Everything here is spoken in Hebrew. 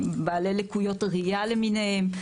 עם בעלי לקויות ראייה למיניהם,